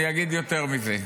אני אגיד יותר מזה,